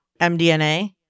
MDNA